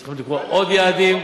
צריכים לקבוע עוד יעדים.